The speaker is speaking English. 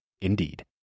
Indeed